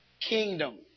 kingdom